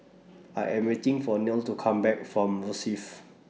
I Am waiting For Neil to Come Back from Rosyth